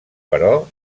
però